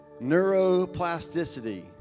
Neuroplasticity